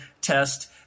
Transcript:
test